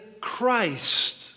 Christ